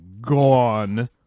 gone